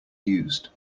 used